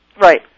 Right